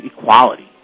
equality